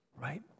right